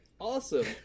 Awesome